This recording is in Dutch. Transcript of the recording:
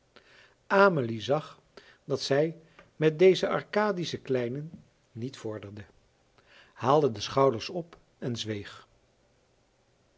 amelie zag dat zij met deze arkadische kleinen niet vorderde haalde de schouders op en zweeg